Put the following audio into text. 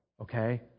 Okay